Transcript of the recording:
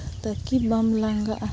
ᱛᱟᱠᱤ ᱵᱟᱢ ᱞᱟᱸᱜᱟᱜᱼᱟ